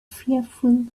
fearful